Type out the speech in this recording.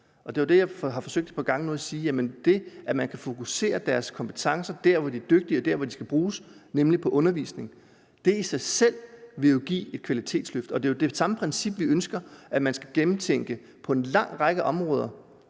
et par gange har forsøgt at sige, er, at det, at man kan fokusere deres kompetencer der, hvor de er dygtige, og hvor de skal bruges, nemlig på undervisningen, i sig selv vil give et kvalitetsløft, og det er jo det samme princip, vi ønsker at man skal gennemtænke på en lang række områder